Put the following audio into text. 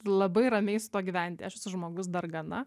labai ramiai su tuo gyventi žmogus dargana